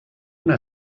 una